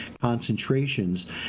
concentrations